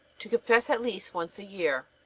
to confess at least once a year.